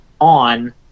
on